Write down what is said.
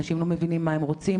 אנשים לא מבינים מה הם רוצים,